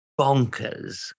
bonkers